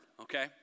okay